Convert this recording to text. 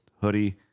hoodie